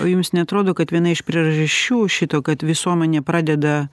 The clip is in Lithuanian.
o jums neatrodo kad viena iš priežasčių šito kad visuomenė pradeda